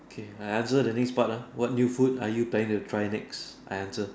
okay I answer the next part lah what new food are you planning to try next I answer